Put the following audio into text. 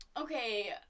Okay